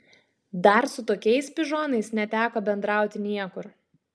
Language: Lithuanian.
dar su tokiais pižonais neteko bendrauti niekur